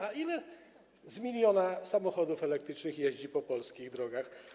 A ile z miliona samochodów elektrycznych jeździ po polskich drogach?